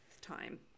time